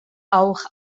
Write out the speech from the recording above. auch